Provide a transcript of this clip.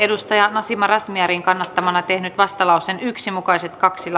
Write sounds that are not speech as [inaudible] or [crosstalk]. nasima razmyarin kannattamana tehnyt vastalauseen yksi mukaiset kaksi [unintelligible]